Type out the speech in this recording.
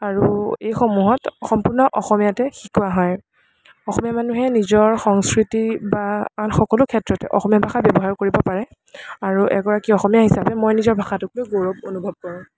আৰু এইসমূহত সম্পূৰ্ণ অসমীয়াতে শিকোৱা হয় অসমীয়া মানুহে নিজৰ সংস্কৃতি বা আন সকলো ক্ষেত্ৰত অসমীয়া ভাষা ব্য়ৱহাৰ কৰিব পাৰে আৰু এগৰাকী অসমীয়া হিচাপে মই নিজৰ ভাষাটোক লৈ গৌৰৱ অনুভৱ কৰোঁ